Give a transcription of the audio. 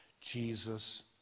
Jesus